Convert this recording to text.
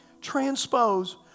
transpose